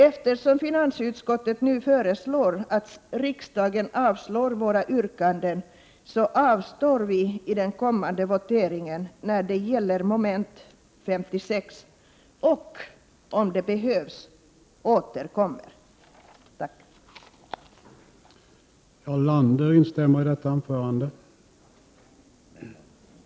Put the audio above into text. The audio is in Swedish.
Eftersom finansutskottet nu föreslår att riksdagen avslår våra yrkanden, kommer vi att avstå i den kommande voteringen när det gäller mom. 56, och om det behövs avser vi att återkomma i ärendet.